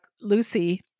Lucy